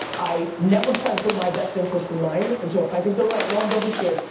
i never try to put my best interests in mind, and so if i think they're right, lauren don't be scared,